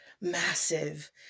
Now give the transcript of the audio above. massive